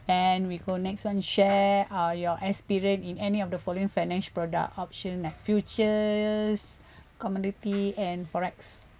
and we go next one share uh your experience in any of the following finance product option futures commodity and forex